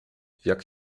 jak